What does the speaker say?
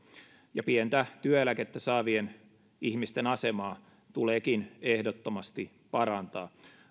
pientä työeläkettä saavien ihmisten asemaa tuleekin ehdottomasti parantaa